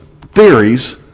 theories